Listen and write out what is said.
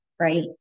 Right